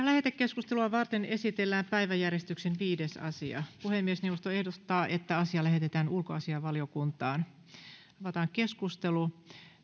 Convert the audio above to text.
lähetekeskustelua varten esitellään päiväjärjestyksen viides asia puhemiesneuvosto ehdottaa että asia lähetetään ulkoasiainvaliokuntaan avataan keskustelu